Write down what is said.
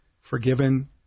forgiven